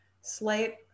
slate